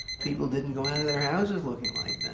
people didn't go out of their houses looking like that.